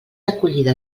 acollida